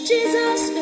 Jesus